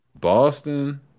Boston